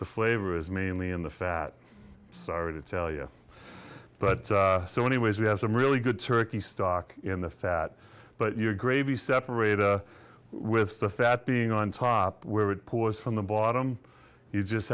the flavor is mainly in the fat sorry to tell you but so anyways we had some really good turkey stock in the fat but you're gravy separate with the fat being on top where it pours from the bottom you just